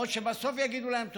ועוד שבסוף יגידו להם תודה.